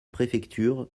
préfecture